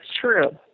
true